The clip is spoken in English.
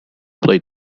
play